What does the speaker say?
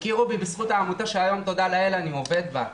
הכירו בי בזכות העמותה שהיום תודה לאל אני עובד בה.